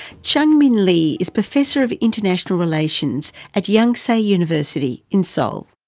chung min lee is professor of international relations at yonsei university in seoul.